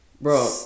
Bro